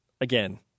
Again